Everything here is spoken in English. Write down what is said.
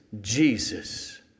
Jesus